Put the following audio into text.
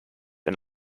and